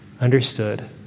understood